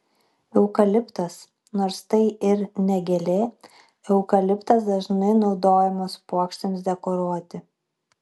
eukaliptas nors tai ir ne gėlė eukaliptas dažnai naudojamas puokštėms dekoruoti